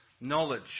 knowledge